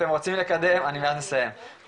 אתם רוצים לקדם את החקלאות.